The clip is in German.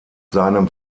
seinem